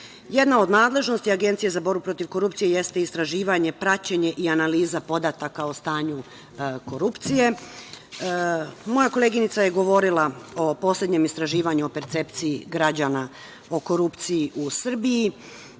to. Jedna od nadležnosti Agencije za borbu protiv korupcije jeste i istraživanje, praćenje i analiza podataka o stanju korupcije. Moja koleginica je govorila o poslednjem istraživanju o percepciji građana o korupciji u Srbiji.